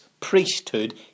priesthood